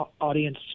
audience